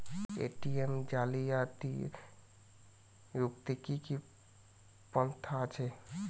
ATM জালিয়াতি রুখতে কি কি পন্থা আছে?